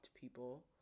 people